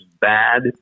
bad